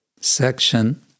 section